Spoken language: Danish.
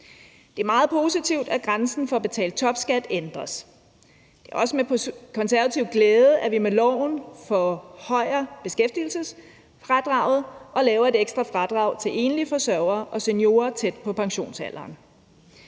Det er meget positivt, at grænsen for at betale topskat ændres. Det er også med glæde, at vi Konservative kan se, at loven forhøjer beskæftigelsesfradraget og laver et ekstra fradrag til enlige forsørgere og seniorer tæt på pensionsalderen.